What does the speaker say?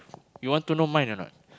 you want to know mine or not